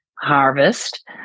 harvest